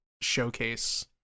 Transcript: showcase